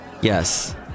Yes